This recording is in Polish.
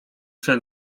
przez